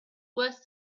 worse